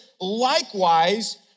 likewise